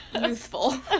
youthful